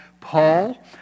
Paul